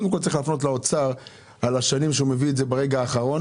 קודם כל צריך לפנות לאוצר על השנים שהוא מביא את הפניות ברגע האחרון.